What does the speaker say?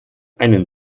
einen